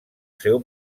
seu